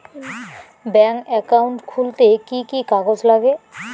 Bank account খুলতে কি কি কাগজ লাগে?